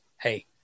Hey